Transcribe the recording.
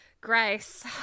grace